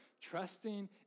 trusting